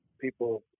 people